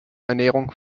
ernährung